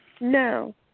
No